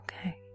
okay